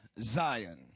Zion